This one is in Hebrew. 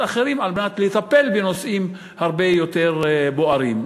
אחרים על מנת לטפל בנושאים הרבה יותר בוערים.